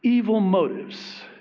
evil motives